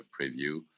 preview